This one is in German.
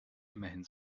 immerhin